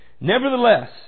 Nevertheless